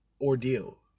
ordeal